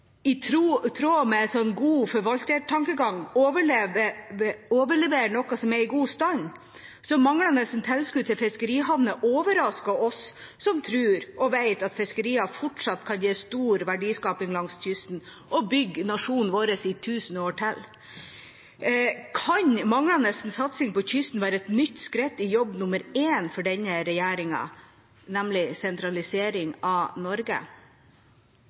regjeringen i tråd med god forvaltertankegang overlevere noe som er i god stand. Så manglende tilskudd til fiskerihavner overrasker oss som tror og vet at fiskeriene fortsatt kan gi stor verdiskaping langs kysten og bygge nasjonen vår i tusen år til. Kan manglende satsing på kysten være et nytt skritt i jobb nummer én for denne regjeringen, nemlig sentralisering av